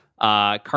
Car